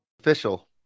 official